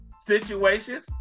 situations